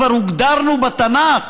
כבר הוגדרנו בתנ"ך